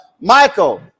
Michael